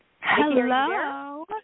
Hello